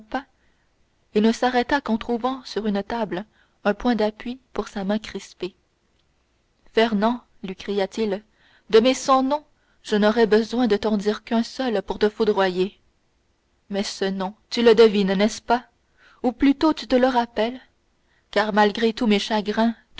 et ne s'arrêta qu'en trouvant sur une table un point d'appui pour sa main crispée fernand lui cria-t-il de mes cent noms je n'aurais besoin de t'en dire qu'un seul pour te foudroyer mais ce nom tu le devines n'est-ce pas ou plutôt tu te le rappelles car malgré tous mes chagrins